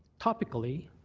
topically,